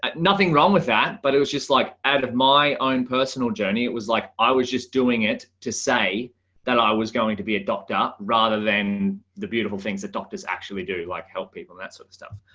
nothing wrong with that. but it was just like, out of my own personal journey. it was like i was just doing it to say that i was going to be a doctor rather than the beautiful things that doctors actually do like help people that sort of stuff.